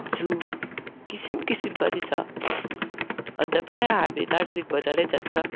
जू किसिम किसिम पनि छ अन्त प्राय हामी दार्जिलिङ बजारै जान्छ